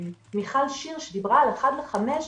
מיכל שיר שדיברה על אחד מתוך חמישה,